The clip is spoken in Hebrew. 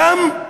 שם,